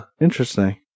Interesting